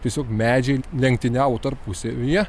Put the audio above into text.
tiesiog medžiai lenktyniavo tarpusavyje